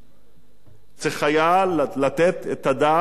צריך היה לתת את הדעת ולפתור את הבעיה.